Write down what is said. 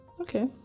Okay